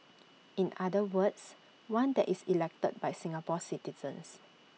in other words one that is elected by Singapore citizens